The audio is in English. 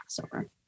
Passover